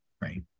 right